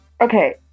okay